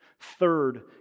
Third